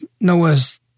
Noah's